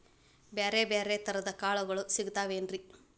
ಬ್ಯಾರೆ ಬ್ಯಾರೆ ತರದ್ ಕಾಳಗೊಳು ಸಿಗತಾವೇನ್ರಿ?